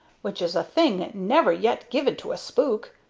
which is a thing never yet given to a spook.